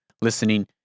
listening